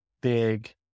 big